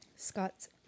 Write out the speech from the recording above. Scott's